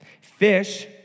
Fish